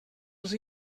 els